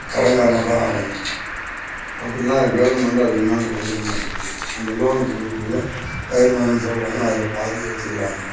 கடன்காரனாக தான் ஆகணும் அப்புடில்லாம் கெவுர்மெண்டு அது என்னென்னு கண்டுக்க மாட்டேங்குது அந்த லோனு கொடுக்கக்குள்ள பயிர் லோனு சொல்கிறாங்க அதில் பாதி எடுத்துக்கிறாங்க